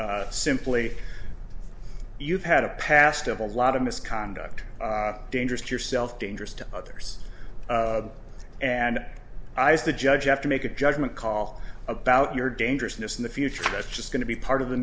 said simply you've had a past of a lot of misconduct dangerous to yourself dangerous to others and i was the judge have to make a judgment call about your dangerousness in the future that's just going to be part of the